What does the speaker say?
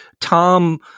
Tom